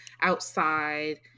outside